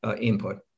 input